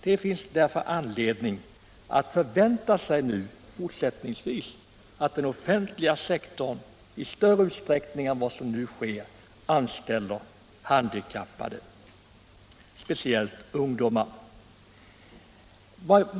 Det finns därför anledning att fortsättningsvis förvänta sig att den offentliga sektorn i större utsträckning än som nu sker anställer handikappade, speciellt ungdomar.